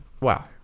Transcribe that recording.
Wow